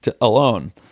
alone